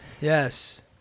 Yes